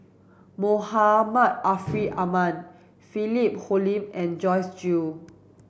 Muhammad Ariff Ahmad Philip Hoalim and Joyce Jue